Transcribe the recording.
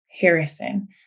Harrison